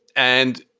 and.